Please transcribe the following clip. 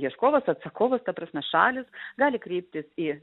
ieškovas atsakovas ta prasme šalys gali kreiptis į